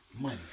Money